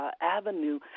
Avenue